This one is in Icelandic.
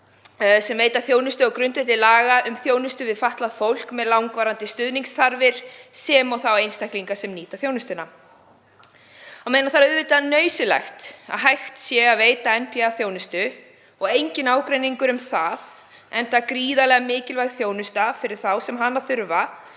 sem veita þjónustu á grundvelli laga um þjónustu við fatlað fólk með langvarandi stuðningsþarfir sem og þá einstaklinga sem nýta þjónustuna. Á meðan það er auðvitað nauðsynlegt að hægt sé að veita NPA-þjónustu og enginn ágreiningur um það, enda gríðarlega mikilvæg þjónusta fyrir þá sem hana þurfa,